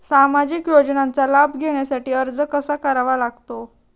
सामाजिक योजनांचा लाभ घेण्यासाठी अर्ज कसा करावा लागतो?